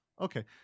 Okay